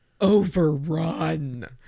overrun